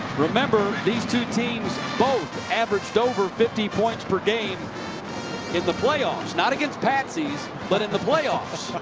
remember, these two teams both averaged over fifty points per game in the playoffs. not against patsies but in the playoffs.